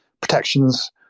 protections